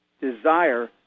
desire